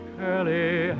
curly